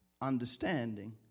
understanding